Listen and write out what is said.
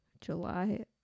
july